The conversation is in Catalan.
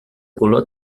color